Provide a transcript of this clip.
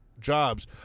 jobs